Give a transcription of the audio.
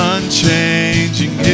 Unchanging